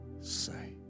say